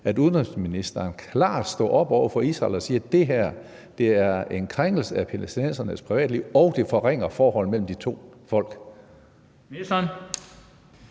forbindelser til, klart står op over for Israel og siger, at det her er en krænkelse af palæstinensernes privatliv, og at det forringer forholdet mellem de to folk.